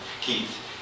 Keith